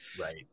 Right